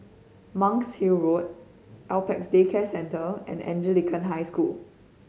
Monk's Hill Road Apex Day Care Centre and Anglican High School